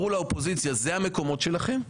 אמרו לאופוזיציה שאלה המקומות שלהם,